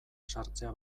sartzea